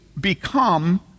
become